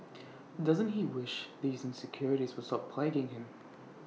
doesn't he wish these insecurities would stop plaguing him